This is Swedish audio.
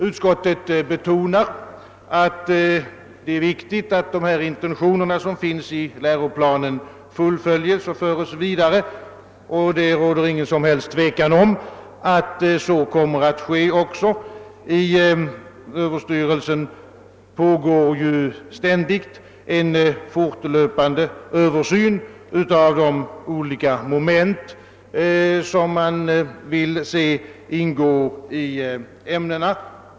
Utskottet betonar att det är viktigt att läroplanens intentioner fullföljes och föres vidare, och det råder inget som helst tvivel om att så också kommer att bli fallet. Inom skolöverstyrelsen pågår ju ständigt en fortlöpande översyn av de olika moment som skall ingå i ämnena.